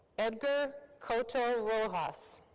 edgar cotto-rojas.